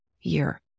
year